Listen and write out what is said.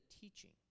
teaching